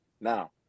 now